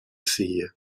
sie